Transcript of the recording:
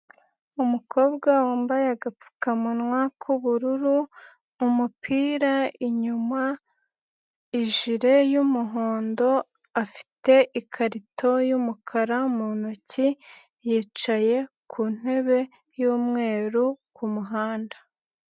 Umukobwa wambaye agapfukamunwa k'ubururu, umupira inyuma, ijile y'umuhondo, afite ikarito y'umukara mu ntoki, yicaye ku ntebe y'umweru ku muhanda.